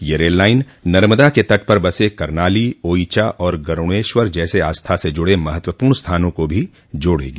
ये rail line Narmada के तट पर बसे कर्नाली ओइचा और गरूडेश्वर जैसे आस्था से जुड़े महत्वपूर्ण स्थानों को भी जोड़ेगी